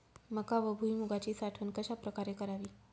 मका व भुईमूगाची साठवण कशाप्रकारे करावी?